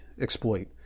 exploit